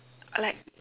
like